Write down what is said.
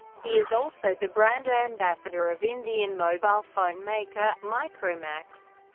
he is also the brand ambassador of indian mobile phone maker, micromax.